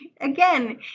again